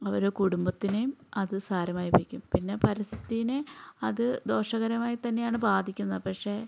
അവരെ കുടുംബത്തിനേയും അത് സാരമായി വയ്ക്കും പിന്നെ പരിസ്ഥിയിനെ അത് ദോഷകരമായിത്തന്നെയാണ് ബാധിക്കുന്നത് പക്ഷേ